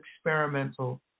experimental